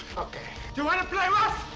you want to play rough?